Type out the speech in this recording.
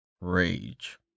Rage